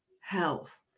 health